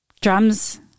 drums